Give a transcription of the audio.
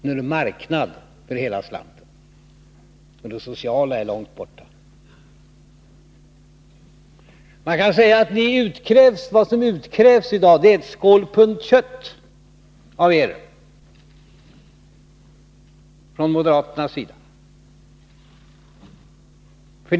Nu är det ”marknad” för hela slanten, och det sociala är långt borta. Man kan säga att vad som utkrävs av er i dag från moderaternas sida, det är ett skålpund kött.